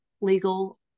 legal